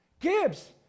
Gibbs